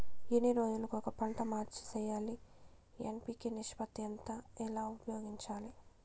ఎన్ని రోజులు కొక పంట మార్చి సేయాలి ఎన్.పి.కె నిష్పత్తి ఎంత ఎలా ఉపయోగించాలి?